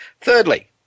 Thirdly